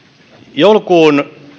joulukuun